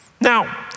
now